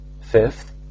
Fifth